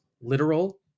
literal